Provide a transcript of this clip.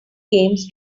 games